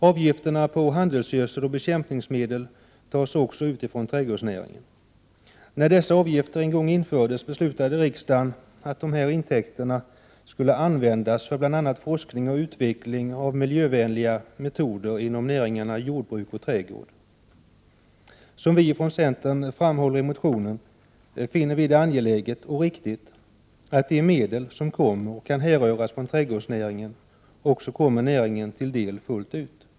Avgifter på handelsgödsel och bekämpningsmedel tas också ut från trädgårdsnäringen. När dessa avgifter en gång infördes, beslutade riksdagen att dessa intäkter skulle användas för bl.a. forskning och utveckling av miljövänliga metoder inom näringarna jordbruk och trädgård. Som vi från centern framhåller i motionen finner vi det angeläget och riktigt att de medel som kommer och kan härröras från trädgårdsnäringen också kommer näringen till del fullt ut.